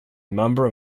member